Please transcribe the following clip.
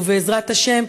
ובעזרת השם,